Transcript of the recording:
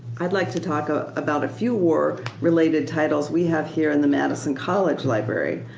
i'd like to talk ah about a few war related titles we have here in the madison college library.